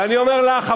ואני אומר לך,